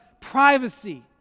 privacy